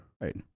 Right